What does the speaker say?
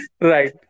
Right